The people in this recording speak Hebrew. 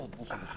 הוא רוצה ליהנות,